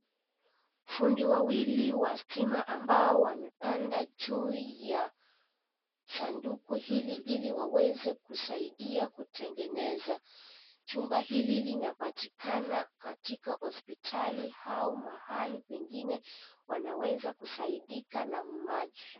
Fundi wawili wa stima ambao wamepanda juu ya sanduk hili ili waweze kusaidia kutengeneza. Chumba hili kinapatikana katika hospitalia au mahali pengine wanaweza kusaidika na maji.